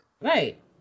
Right